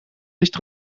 nicht